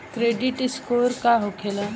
Credit score का होखेला?